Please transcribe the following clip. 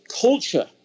culture